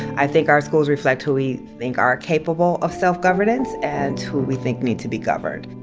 i think our schools reflect who we think are capable of self-governance and who we think need to be governed.